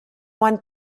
one